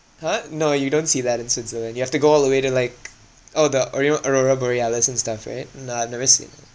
!huh! no you don't see that in switzerland you have to go all the way to like orh the auro~ aurora borealis and stuff right nah never seen